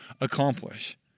accomplish